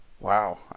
wow